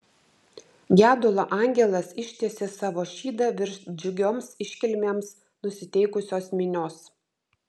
gedulo angelas ištiesė savo šydą virš džiugioms iškilmėms nusiteikusios minios